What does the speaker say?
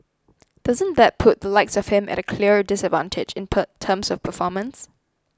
doesn't that put the likes of him at a clear disadvantage in term terms of performance